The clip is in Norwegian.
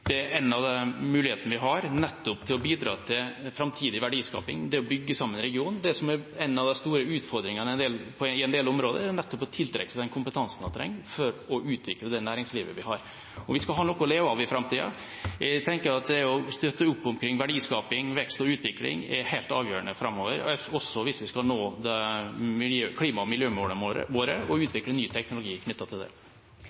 det å bygge sammen regionene er en av de mulighetene vi har nettopp for å bidra til framtidig verdiskaping. Det som er en av de store utfordringene på en del områder, er nettopp å tiltrekke seg den kompetansen vi trenger for å utvikle det næringslivet vi har. Vi skal ha nok å leve av i framtida. Jeg tenker at det å støtte opp omkring verdiskaping, vekst og utvikling er helt avgjørende framover, også hvis vi skal nå klima- og miljømålene våre og